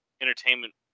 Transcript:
Entertainment